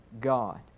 God